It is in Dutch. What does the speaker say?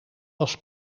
was